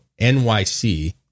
NYC